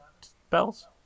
spells